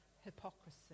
hypocrisy